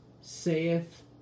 saith